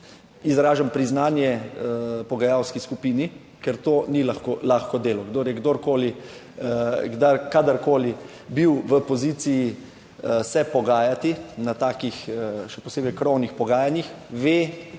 izražam priznanje pogajalski skupini, ker to ni lahko delo. Kdor je kdorkoli kadarkoli bil v poziciji se pogajati na takih, še posebej krovnih pogajanjih, ve,